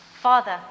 Father